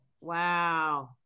Wow